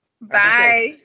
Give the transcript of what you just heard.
Bye